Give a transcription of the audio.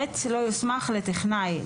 (ב) לא יוסמך לטכנאי,